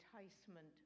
enticement